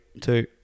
two